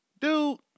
Dude